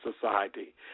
society